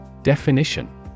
Definition